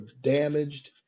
damaged